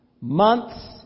months